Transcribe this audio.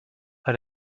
elle